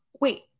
Wait